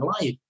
life